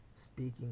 Speaking